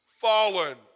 fallen